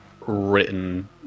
written